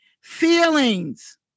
feelings